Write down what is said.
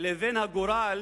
לבין הגורל